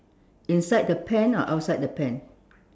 inside the pen or outside the pen